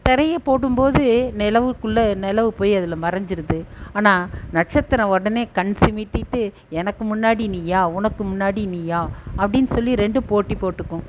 திரைய போடும்போது நிலவுக்குள்ள நிலவு போய் அதில் மறஞ்சிருது ஆனால் நட்சத்திரம் உடனே கண் சிமிட்டிகிட்டு எனக்கு முன்னாடி நீயா உனக்கு முன்னாடி நீயா அப்படின் சொல்லி ரெண்டும் போட்டி போட்டுக்கும்